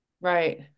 Right